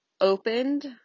opened